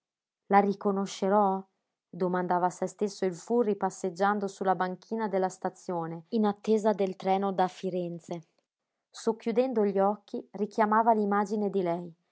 la riconoscerò domandava a se stesso il furri passeggiando su la banchina della stazione in attesa del treno da firenze socchiudendo gli occhi richiamava l'imagine di lei